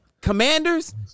Commanders